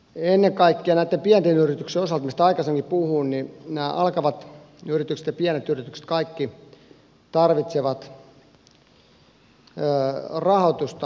ennen kaikkea näitten pienten yrityksien osalta mistä aikaisemmin puhuin nämä alkavat yritykset ja pienet yritykset kaikki tarvitsevat rahoitusta